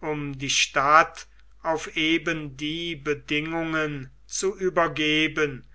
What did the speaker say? um die stadt auf eben die bedingungen zu übergeben